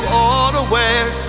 unaware